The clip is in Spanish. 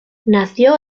nació